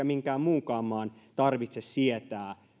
minkään muunkaan maan ei tarvitse sietää